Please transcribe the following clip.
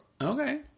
Okay